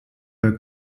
her